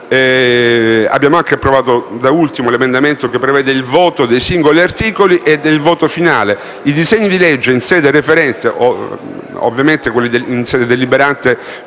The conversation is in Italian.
Abbiamo anche approvato, da ultimo, un emendamento che prevede il voto dei singoli articoli e il voto finale: i disegni di legge in sede redigente - ovviamente quelli in sede deliberante